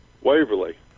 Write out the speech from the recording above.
Waverly